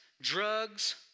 drugs